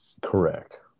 Correct